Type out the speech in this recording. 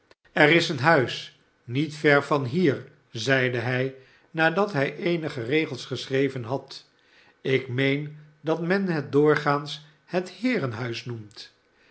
er is een huis niet ver van hier zeide hij nadat hij eenige regels geschreven had ik meen dat men het doorgaans het heerenhuis noemt